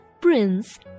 prince